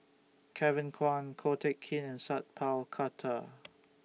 Kevin Kwan Ko Teck Kin Sat Pal Khattar